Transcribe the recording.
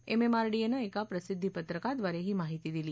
एमएमआरडीएनं एका प्रसिद्धिपत्रकाद्वारे ही माहिती दिली